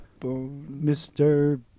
Mr